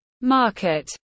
market